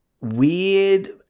weird